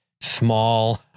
small